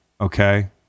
Okay